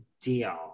deal